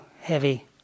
heavy